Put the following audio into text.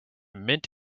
mint